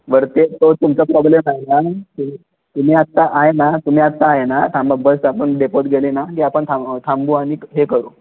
बरं ते तो तुमचा प्रॉब्लेम आहे ना ते तुम्ही आत्ता आहे ना तुम्ही आत्ता आहे ना थांबा बस आपण डेपोत गेली ना की आपण था थांबू आणि हे करू